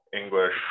English